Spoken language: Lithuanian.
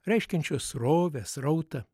reiškiančio srovę srautą